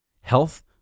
health